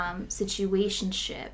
situationship